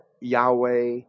Yahweh